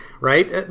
right